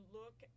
look